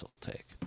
take